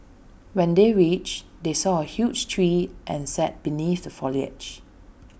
when they reached they saw A huge tree and sat beneath the foliage